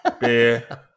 Beer